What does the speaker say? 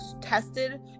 tested